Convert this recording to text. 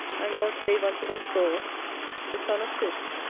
and god gave unto them saul the son of cis,